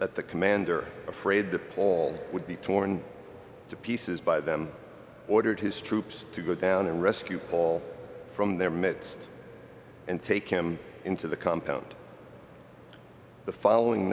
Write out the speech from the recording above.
that the commander afraid the paul would be torn to pieces by them ordered his troops to go down and rescue paul from their midst and take him into the compound the following